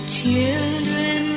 children